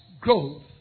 growth